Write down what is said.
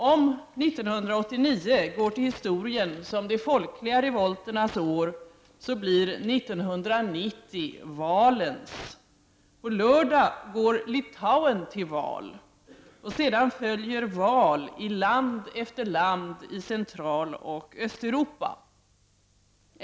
Om 1989 går till historien som de folkliga revolternas år, så blir 1990 valens. På lördag går Litauen till val och sedan följer val i land efter land i Centraloch Östeuropa.